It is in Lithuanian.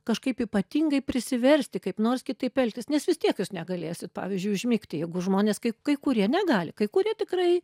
kažkaip ypatingai prisiversti kaip nors kitaip elgtis nes vis tiek jūs negalėsit pavyzdžiui užmigti jeigu žmonės kai kai kurie negali kai kurie tikrai